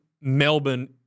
Melbourne